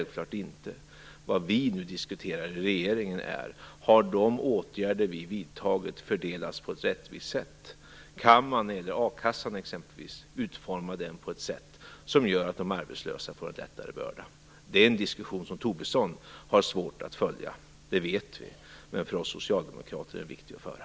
Vad vi nu diskuterar i regeringen är: Har de åtgärder vi vidtagit fördelats på ett rättvist sätt? Kan man exempelvis utforma a-kassan på ett sådant sätt att de arbetslösa får en lättare börda? Vi vet att Tobisson har svårt att följa den diskussionen, men för oss socialdemokrater är den viktig att föra.